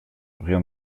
rien